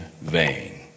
vain